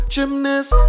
Gymnast